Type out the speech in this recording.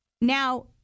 now